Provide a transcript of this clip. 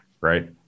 right